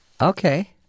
Okay